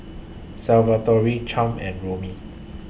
Salvatore Champ and Romie